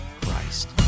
Christ